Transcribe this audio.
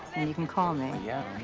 and you can call me. yeah,